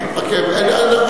אני אסביר.